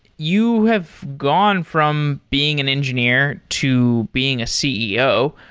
you have gone from being an engineer to being a ceo.